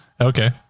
okay